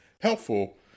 helpful